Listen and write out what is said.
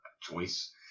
choice